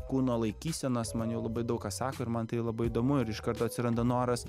kūno laikysenos man jau labai daug ką sako ir man tai labai įdomu ir iš karto atsiranda noras